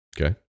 Okay